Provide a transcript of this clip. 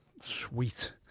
Sweet